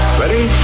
Ready